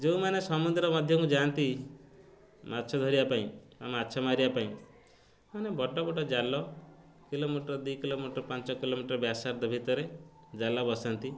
ଯେଉଁ ମାନେ ସମୁଦ୍ର ମଧ୍ୟଙ୍କୁ ଯାଆନ୍ତି ମାଛ ଧରିବା ପାଇଁ ବା ମାଛ ମାରିବା ପାଇଁ ମାନେ ବଡ଼ ବଡ଼ ଜାଲ କିଲୋମିଟର ଦୁଇ କିଲୋମିଟର ପାଞ୍ଚ କିଲୋମିଟର ବ୍ୟାସାର୍ଦ୍ଦ ଭିତରେ ଜାଲ ବସାନ୍ତି